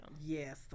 Yes